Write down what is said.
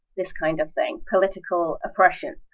this kind of thing political oppression.